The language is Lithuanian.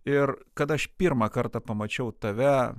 ir kada aš pirmą kartą pamačiau tave